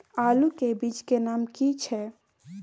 आलू के बीज के नाम की छै?